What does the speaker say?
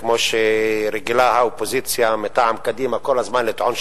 כמו שרגילה האופוזיציה מטעם קדימה כל הזמן לטעון,